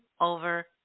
over